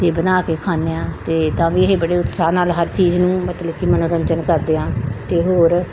ਅਤੇ ਬਣਾ ਕੇ ਖਾਂਦੇ ਹਾਂ ਅਤੇ ਤਾਂ ਵੀ ਇਹ ਬੜੇ ਉਤਸ਼ਾਹ ਨਾਲ ਹਰ ਚੀਜ਼ ਨੂੰ ਮਤਲਬ ਕਿ ਮੰਨੋਰੰਜਨ ਕਰਦੇ ਹਾਂ ਅਤੇ ਹੋਰ